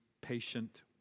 patient